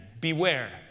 Beware